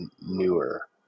newer